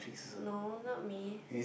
no not me